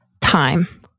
time